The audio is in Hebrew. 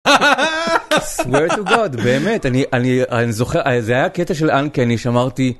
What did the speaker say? אה-ה-ה-ה. swear to god, באמת, אני-אני-אני זוכר, זה היה קטע של אן, כי אני שמרתי